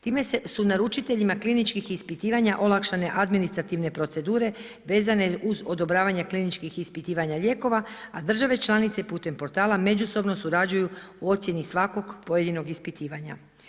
Time su naručiteljima kliničkih ispitivanja olakšane administrativne procedure vezane uz odobravanje kliničkih ispitivanja lijekova, a države članice putem portala međusobno surađuju u ocjeni svakog pojedinog ispitivanja.